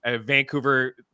Vancouver